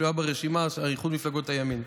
שהיה ברשימה של איחוד מפלגות הימין.